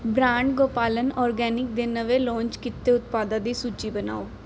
brand Gopalan organic ਦੇ ਨਵੇਂ launch ਕੀਤੇ ਉਤਪਾਦਾਂ ਦੀ ਸੂਚੀ ਬਣਾਓ